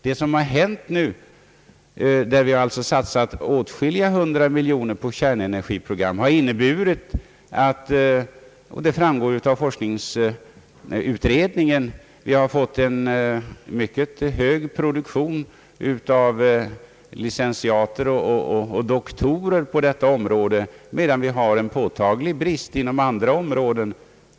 Vi har ju satsat åtskilliga hundra miljoner på kärnenergiprogram, och det framgår av utredningen att vi fått en mycket hög produktion av licentiater och doktorer på detta område, medan det råder en påtaglig brist inom andra områden.